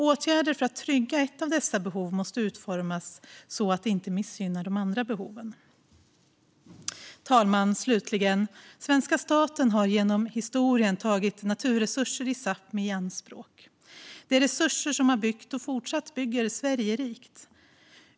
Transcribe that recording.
Åtgärder för att trygga ett av dessa behov måste utformas så att det inte missgynnar de andra behoven. Herr talman! Svenska staten har genom historien tagit naturresurser i Sápmi i anspråk. Det är resurser som byggt och fortsätter bygga Sverige rikt.